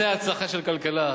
זו הצלחה של כלכלה.